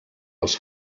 els